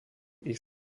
ich